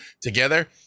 together